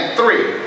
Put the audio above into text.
three